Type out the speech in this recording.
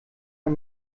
man